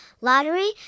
lottery